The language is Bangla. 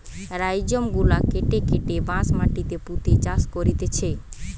রাইজোম গুলা কেটে কেটে বাঁশ মাটিতে পুঁতে চাষ করতিছে